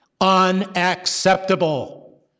Unacceptable